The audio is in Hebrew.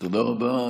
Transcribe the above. תודה רבה.